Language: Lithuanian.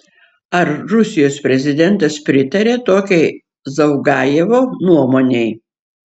ar rusijos prezidentas pritaria tokiai zavgajevo nuomonei